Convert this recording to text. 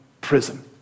prison